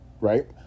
Right